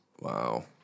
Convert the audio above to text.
Wow